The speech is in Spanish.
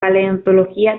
paleontología